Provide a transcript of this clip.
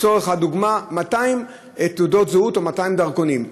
לצורך הדוגמה: 200 תעודות זהות או 200 דרכונים,